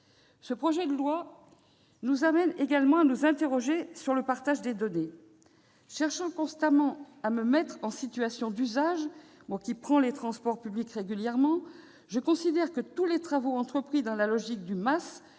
Ce projet de loi nous conduit également à nous interroger sur le partage des données. Cherchant constamment à me mettre en situation d'usage et empruntant régulièrement les transports publics, je considère que tous les travaux entrepris dans la logique du MaaS-